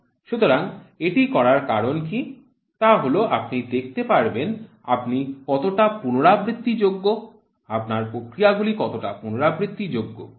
সুতরাং এটি করার কারণ কী তা হল আপনি দেখাতে পারবেন আপনি কতটা পুনরাবৃত্তি যোগ্য আপনার প্রক্রিয়া গুলি কতটা পুনরাবৃত্তি যোগ্য